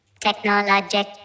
technologic